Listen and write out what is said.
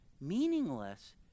meaningless